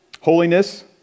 Holiness